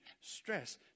stress